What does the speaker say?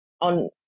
on